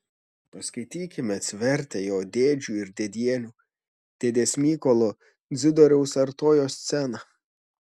paskaitykime atsivertę jo dėdžių ir dėdienių dėdės mykolo dzidoriaus artojo sceną